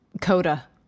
coda